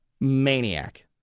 maniac